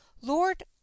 lord